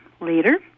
later